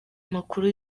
makuru